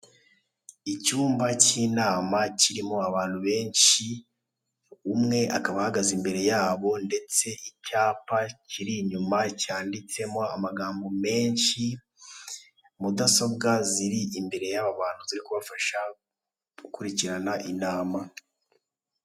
Icyumba k'inama kirimo abantu benshi, umwe akaba ahagaze imbere yabo ndetse icyapa kiri inyuma cyanditsemo amagambo menshi, mudasobwa ziri imbere y'aba bantu ziri kubafasha gukurikirana inama